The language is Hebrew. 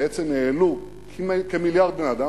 בעצם העלו כמיליארד בני-אדם,